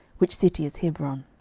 which city is hebron.